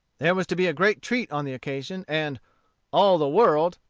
there was to be a great treat on the occasion, and all the world,